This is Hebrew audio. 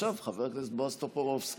ועכשיו חבר הכנסת בועז טופורובסקי,